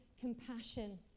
compassion